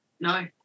No